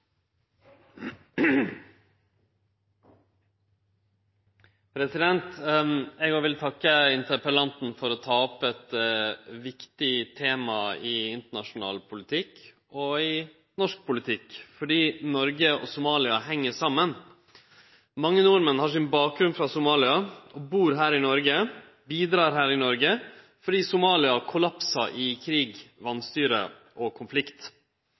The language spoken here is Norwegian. Eg òg vil takke interpellanten for å ta opp eit viktig tema i internasjonal politikk – og i norsk politikk, fordi Noreg og Somalia heng saman. Mange nordmenn har bakgrunnen sin frå Somalia og bur og bidreg her i Noreg fordi Somalia har kollapsa i krig, vanstyre og konflikt.